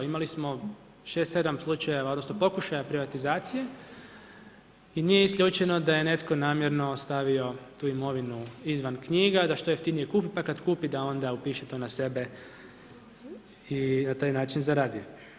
Imali smo 6-7 slučajeva, odnosno, pokušaja privatizacije i nije isključeno da je netko namjerno ostavio tu imovinu izvan knjiga, da što jeftinije kupi, pa kada kupi, da onda napiše to za sebe i na taj način zaradi.